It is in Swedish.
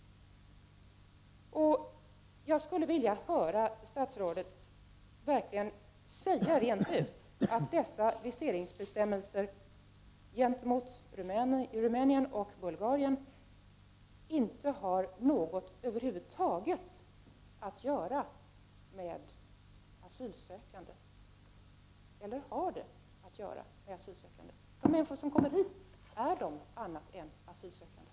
Jag skulle vilja höra statsrådet verkligen säga klart ut att dessa viseringsbestämmelser gentemot Rumänien och Bulgarien inte har något över huvud taget att göra med asylsökande — eller har det med asylsökande att göra? Är de människor som kommer hit annat än asylsökande?